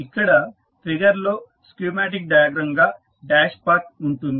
ఇక్కడ ఫిగర్ లో schematic diagram గా డాష్పాట్ ఉంటుంది